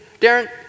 Darren